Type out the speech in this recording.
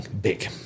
big